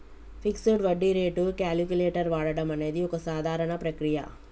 fixed వడ్డీ rate calculator వాడడం అనేది ఒక సాధారణ ప్రక్రియ